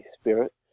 spirit